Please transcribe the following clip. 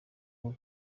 aho